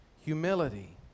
humility